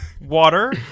water